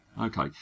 Okay